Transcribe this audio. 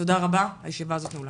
תודה רבה, הישיבה הזאת נעולה.